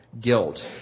guilt